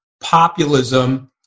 populism